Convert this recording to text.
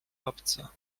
obco